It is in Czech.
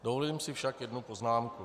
Dovolím si však jednu poznámku.